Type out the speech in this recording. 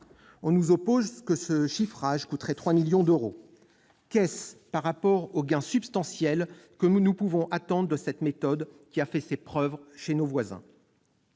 On nous oppose que ce chiffrage coûterait 3 millions d'euros. Qu'est-ce par rapport aux gains substantiels que nous pouvons attendre de cette méthode qui a fait ses preuves chez nos voisins ?